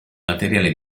materiale